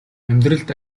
амьдралд